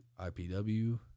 IPW